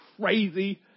crazy